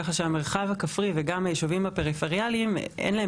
כך שהמרחב הכפרי וגם הישובים הפריפריאליים אין להם